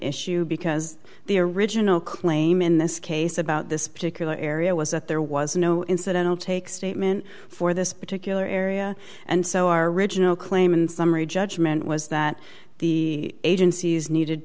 issue because the original claim in this case about this particular area was that there was no incidental take statement for this particular area and so our original claim and summary judgment was that the agencies needed